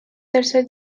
tercer